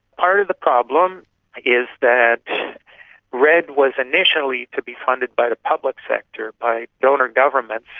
part of the problem is that redd was initially to be funded by the public sector, by donor governments,